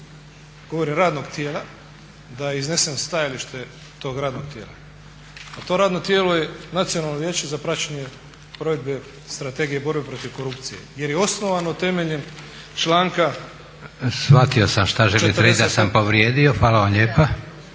govorim radnog tijela, da iznesem stajalište tog radnog tijela. A to radno tijelo je Nacionalno vijeće za praćenje provedbe Strategije borbe protiv korupcije. Jer je osnovano temeljem članka **Leko, Josip (SDP)** Shvatio sam želite reći da sam povrijedio. Hvala vam lijepa.